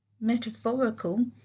metaphorical